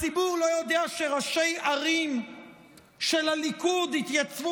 הציבור לא יודע שראשי ערים של הליכוד התייצבו